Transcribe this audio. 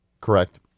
correct